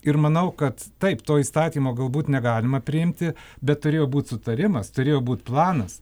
ir manau kad taip to įstatymo galbūt negalima priimti bet turėjo būt sutarimas turėjo būt planas